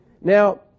Now